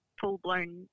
full-blown